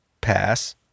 pass